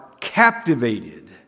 captivated